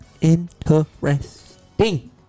Interesting